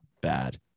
bad